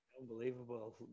unbelievable